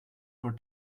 for